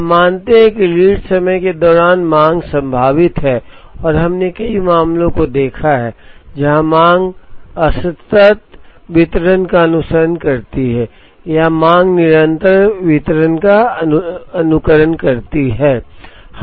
हम मानते हैं कि लीड समय के दौरान मांग संभावित है और हमने कई मामलों को देखा है जहां मांग असतत वितरण का अनुसरण करती है या मांग निरंतर वितरण का अनुसरण करती है